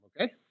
Okay